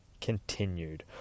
continued